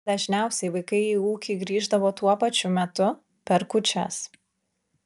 dažniausiai vaikai į ūkį grįždavo tuo pačiu metu per kūčias